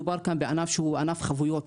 מדובר כאן בענף שהוא ענף חבויות,